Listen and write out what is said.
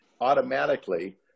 automatically